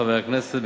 חבר הכנסת,